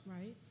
right